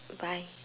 bye